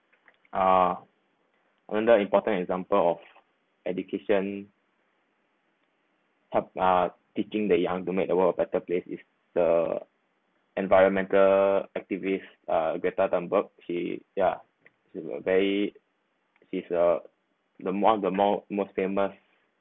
uh other important example of education help uh teaching the young to make the world a better place is the environmental activists uh greta-thunberg she ya she uh very she is uh the one the more most famous